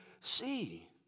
see